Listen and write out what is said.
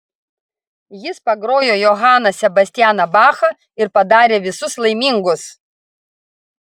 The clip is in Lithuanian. jis pagrojo johaną sebastianą bachą ir padarė visus laimingus